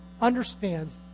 understands